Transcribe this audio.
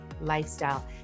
lifestyle